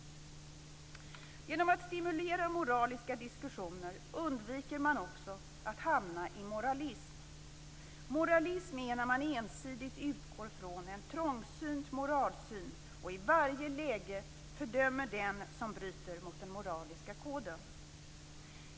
Genom att stimulera moraliska diskussioner undviker man också att hamna i moralism. Moralism är när man ensidigt utgår från en trångsynt moralsyn och i varje läge fördömer den som bryter mot den moraliska koden.